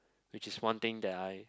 which is one thing that I